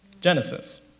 Genesis